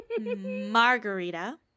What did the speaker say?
Margarita